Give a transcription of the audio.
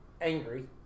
Angry